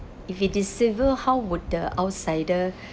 if it is civil how would the outsider